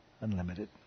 unlimited